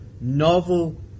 novel